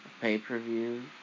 pay-per-view